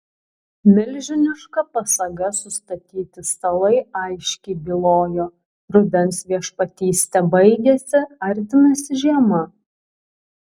milžiniška pasaga sustatyti stalai aiškiai bylojo rudens viešpatystė baigiasi artinasi žiema